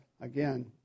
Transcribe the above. again